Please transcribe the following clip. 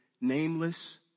nameless